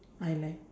I like